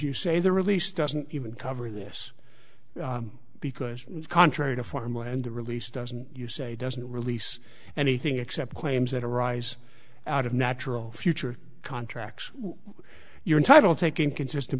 you say the release doesn't even cover this because contrary to farmland the release doesn't you say doesn't release anything except claims that arise out of natural future contracts you're entitled taking consistent